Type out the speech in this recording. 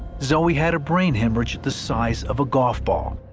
zoe had a brain hemorrhage the size of a golf ball.